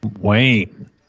Wayne